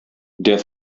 der